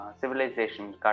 civilization